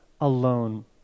alone